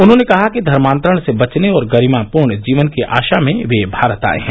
उन्होंने कहा कि धर्मातरण से बचने और गरिमापूर्ण जीवन की आशा में वे भारत आए हैं